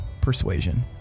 persuasion